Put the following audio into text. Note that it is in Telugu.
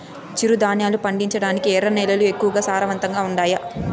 చిరుధాన్యాలు పండించటానికి ఎర్ర నేలలు ఎక్కువగా సారవంతంగా ఉండాయా